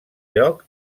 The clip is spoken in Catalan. lloc